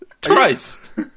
Twice